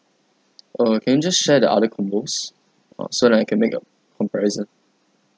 uh can you just share the other combos uh so that I can make a comparison